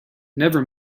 never